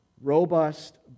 robust